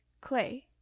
clay